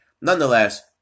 nonetheless